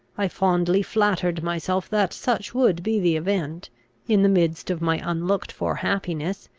i fondly flattered myself that such would be the event in the midst of my unlooked-for happiness,